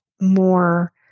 more